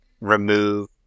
remove